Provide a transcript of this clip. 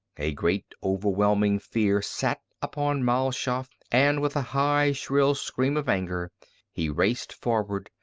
a great, overwhelming fear sat upon mal shaff and with a high, shrill scream of anger he raced forward,